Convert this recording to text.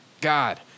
God